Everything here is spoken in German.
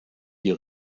die